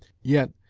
yet,